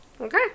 Okay